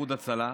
איחוד הצלה.